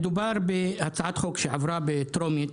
מדובר בהצעת חוק שעברה בקריאה טרומית